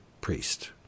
Priest